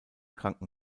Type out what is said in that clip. kranken